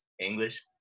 English